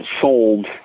sold